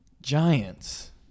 Giants